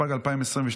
התשפ"ג 2023,